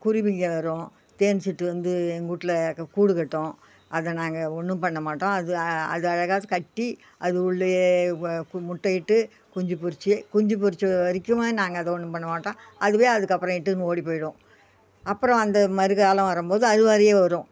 குருவிங்க வரும் தேன்சிட்டு வந்து எங்கூட்டில் கூடு கட்டும் அதை நாங்கள் ஒன்றும் பண்ண மாட்டோம் அது அது அழகாக கட்டி அது உள்ளேயே பு முட்டையிட்டு குஞ்சுப் பொறித்து குஞ்சு பொறித்த வரைக்கும் நாங்கள் அதை ஒன்றும் பண்ண மாட்டோம் அதுவே அதுக்கப்புறம் இட்டுன்னு ஓடிப்போயிடும் அப்புறம் அந்த மறுக்காலம் வரும்போது அது மாதிரியே வரும்